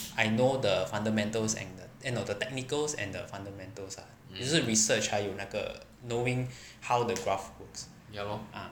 I know the fundamentals and the eh no the technicals and the fundamentals ah 就是 research 还有那个 knowing how the graph works ah